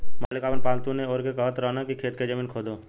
मालिक आपन पालतु नेओर के कहत रहन की खेत के जमीन खोदो